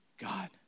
God